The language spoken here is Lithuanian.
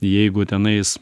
jeigu tenais